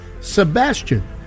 Sebastian